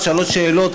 שלוש שאלות,